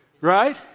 right